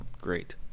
Great